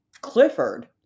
Clifford